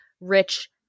rich